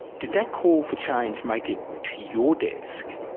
did that call for change make it to your desk?